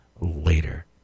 later